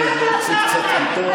חבר הכנסת בנט,